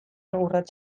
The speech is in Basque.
urrats